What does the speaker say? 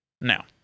Now